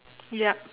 ya